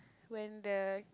when the